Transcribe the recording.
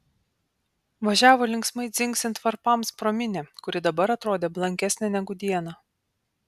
važiavo linksmai dzingsint varpams pro minią kuri dabar atrodė blankesnė negu dieną